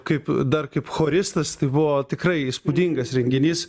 kaip dar kaip choristas tai buvo tikrai įspūdingas renginys